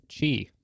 chi